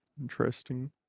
Interesting